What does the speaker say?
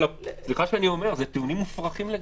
סליחה שאני אומר אלה טיעונים מופרכים לגמרי.